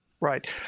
Right